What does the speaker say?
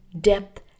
depth